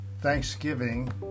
Thanksgiving